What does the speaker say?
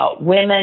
women